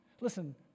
Listen